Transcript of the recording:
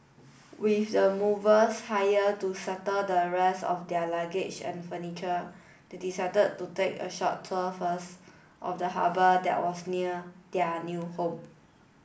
with the movers hired to settle the rest of their luggage and furniture they decided to take a short tour first of the harbour that was near their new home